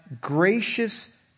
gracious